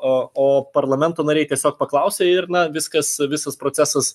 o o parlamento nariai tiesiog paklausia ir na viskas visas procesas